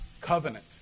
Covenant